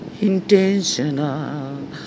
intentional